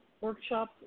workshop